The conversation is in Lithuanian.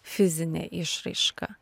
fizinę išraišką